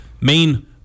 main